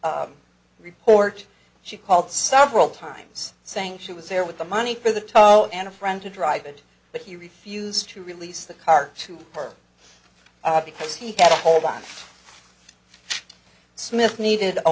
report she called several times saying she was there with the money for the time and a friend to drive it but he refused to release the car to her because he had a hold on smith needed a